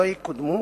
לא יקודמו,